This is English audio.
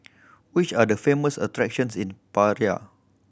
which are the famous attractions in Praia